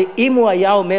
הרי אם הוא היה אומר,